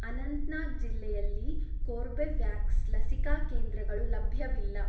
ಅನಂತನಾಗ್ ಜಿಲ್ಲೆಯಲ್ಲಿ ಕೋರ್ಬೆವ್ಯಾಕ್ಸ್ ಲಸಿಕಾ ಕೇಂದ್ರಗಳು ಲಭ್ಯವಿಲ್ಲ